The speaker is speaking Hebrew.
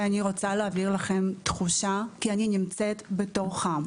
ואני רוצה להבהיר לכם תחושה, כי אני נמצאת בתוכם.